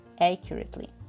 accurately